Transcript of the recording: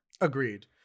Agreed